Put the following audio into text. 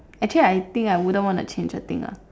actually I think I wouldn't want to change a thing lah